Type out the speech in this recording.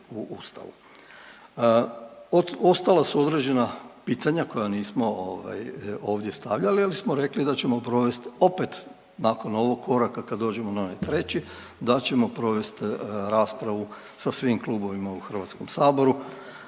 u Ustavu. Ostala su određena pitanja koja nismo ovdje stavljali, ali smo rekli da ćemo provest opet nakon ovog koraka kada dođemo na onaj treći da ćemo provesti raspravu sa svim klubovima u HS-u i oko